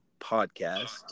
podcast